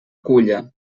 culla